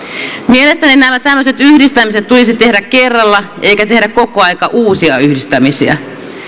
mielestäni nämä tämmöiset yhdistämiset tulisi tehdä kerralla eikä tehdä koko aika uusia yhdistämisiä